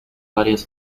varias